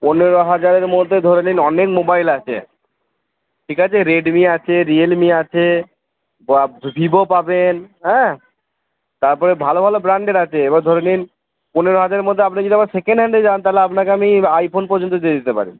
পনেরো হাজারের মধ্যে ধরে নিন অনেক মোবাইল আছে ঠিক আছে রেডমি আছে রিয়েলমি আছে ভিভো পাবেন হ্যাঁ তারপরে ভালো ভালো ব্র্যান্ডের আছে এবার ধরে নিন পনেরো হাজারের মধ্যে আপনি যদি আবার সেকেন্ড হ্যান্ডে যান তাহলে আপনাকে আমি আই ফোন পর্যন্ত দিয়ে দিতে পারি